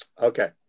Okay